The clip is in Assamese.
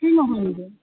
কি নহ'লগে